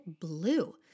blue